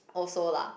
also lah